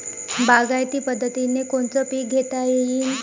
बागायती पद्धतीनं कोनचे पीक घेता येईन?